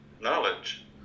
knowledge